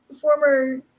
former